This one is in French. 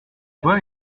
quoi